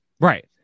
Right